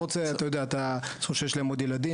יכול להיות שיש להם עוד ילדים,